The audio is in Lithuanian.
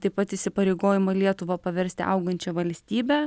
taip pat įsipareigojimą lietuva paversti augančia valstybe